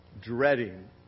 dreading